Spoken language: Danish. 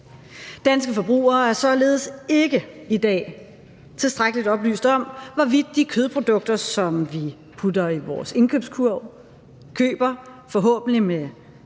Danske forbrugere er således ikke i dag tilstrækkeligt oplyst om, hvorvidt de kødprodukter, som vi putter i vores indkøbskurv og køber med forhåbentlig god